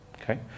okay